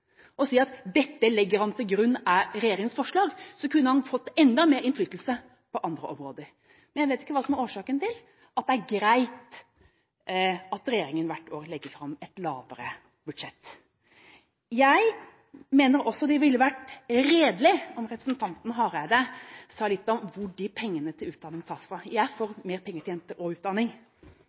og si at dette legger han til grunn er regjeringas forslag – og så kunne han fått enda mer innflytelse på andre områder. Jeg vet ikke hva som er årsaken til at det er greit at regjeringa hvert år legger fram et lavere budsjett. Jeg mener også det ville vært redelig om representanten Hareide sa litt om hvor de pengene til utdanning tas fra. Jeg er for mer penger til jenter og utdanning,